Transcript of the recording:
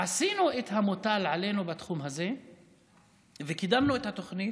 עשינו את המוטל עלינו בתחום הזה וקידמנו את התוכנית.